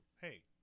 Hey